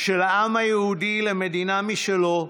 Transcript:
של העם היהודי, למדינה משלו,